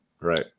Right